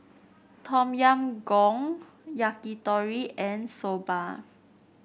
Tom Yam Goong Yakitori and Soba